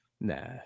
nah